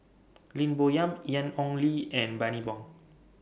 Lim Bo Yam Ian Ong Li and Bani Buang